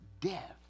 death